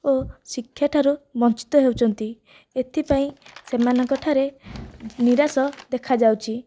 ଓ ଶିକ୍ଷାଠାରୁ ବଞ୍ଚିତ ହେଉଛନ୍ତି ଏଥିପାଇଁ ସେମାନଙ୍କଠାରେ ନିରାଶ ଦେଖାଯାଉଛି